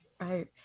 right